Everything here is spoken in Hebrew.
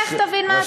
לך תבין מה הסיבות.